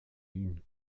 une